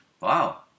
Wow